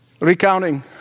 recounting